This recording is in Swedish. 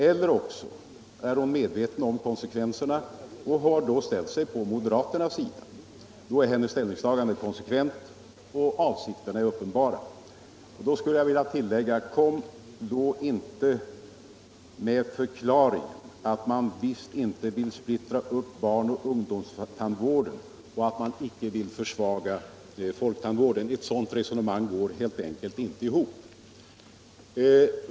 Eller också är hon medveten om konsekvenserna och har stöällt 171 sig på moderaternas sida. Då är hennes ställningstagande konsekvent, och avsikterna är uppenbara. Jag skulle vilja lilläggu:' Kom då inte med förklaringen att man visst inte vill splittra upp barnoch ungdomstandvården och att man icke vill försvaga folktandvården! Ett sådant resonemang går helt enkelt inte ihop.